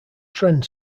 trend